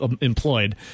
employed